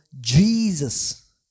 Jesus